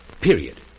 Period